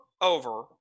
over